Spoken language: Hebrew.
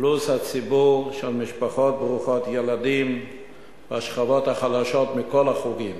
פלוס הציבור של המשפחות ברוכות ילדים והשכבות החלשות מכל החוגים.